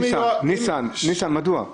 ניסן, מדוע?